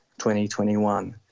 2021